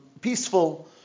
peaceful